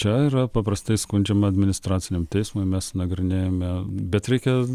čia yra paprastai skundžiama administraciniam teismui mes nagrinėjame bet reikia